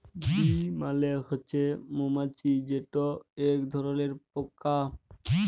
bee মালে হছে মমাছি যেট ইক ধরলের পকা